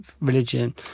religion